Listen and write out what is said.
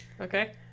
Okay